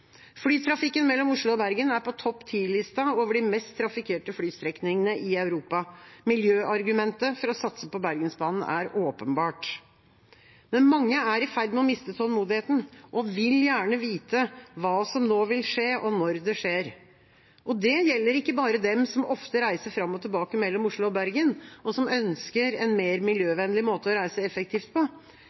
Flytrafikken mellom Oslo og Bergen er på topp 10-lista over de mest trafikkerte flystrekningene i Europa. Miljøargumentet for å satse på Bergensbanen er åpenbart. Men mange er i ferd med å miste tålmodigheten og vil gjerne vite hva som nå vil skje, og når det skjer. Det gjelder ikke bare dem som ofte reiser fram og tilbake mellom Oslo og Bergen, og som ønsker en mer miljøvennlig måte å reise effektivt på,